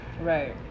right